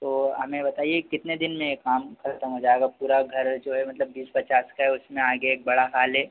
तो हमें बताइए कितने दिन में यह काम ख़त्म हो जाएगा पूरा घर है जो है मतलब बीस पचास का है उसमें आगे एक बड़ा हाल है